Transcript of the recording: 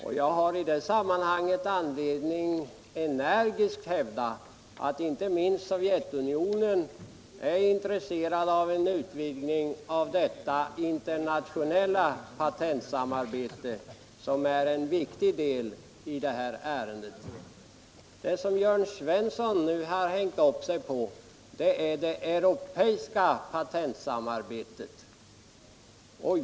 Och jag har i det här sammanhanget anledning att energiskt hävda att inte minst Sovjetunionen är intresserad av en utvidgning av detta internationella patentsamarbete, som är en viktig del av ärendet. Det som Jörn Svensson nu har hängt upp sig på är det europeiska patentsamarbetet.